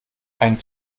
ein